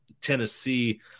Tennessee